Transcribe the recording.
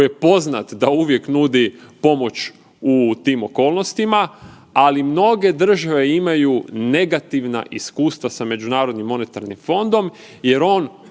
koji je poznat da uvijek nudi pomoć u tim okolnostima, ali mnoge države imaju negativna iskustva sa međunarodnim monetarnim fondom jer on